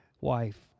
wife